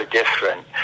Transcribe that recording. different